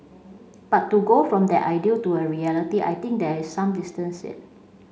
but to go from that ideal to a reality I think there is some distance yet